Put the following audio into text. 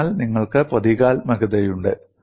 അതിനാൽ നിങ്ങൾക്ക് പ്രതീകാത്മകതയുണ്ട്